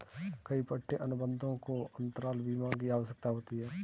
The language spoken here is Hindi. कई पट्टे अनुबंधों को अंतराल बीमा की आवश्यकता होती है